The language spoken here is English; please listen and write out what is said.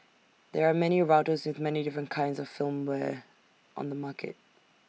there are many routers with many different kinds of firmware on the market